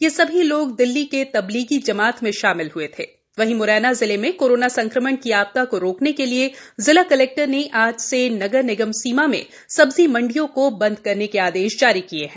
ये सभी लोग दिल्ली के तबलीगी जमात में शामिल हुए थेवहीं मुरैना जिले में कोरोना संक्रमण की आपदा को रोकने के लिए जिला कलेक्टर ने आज से नगर निगम सीमा में सब्जी मंडियों को बंद करने के आदेश जारी किए हैं